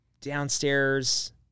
downstairs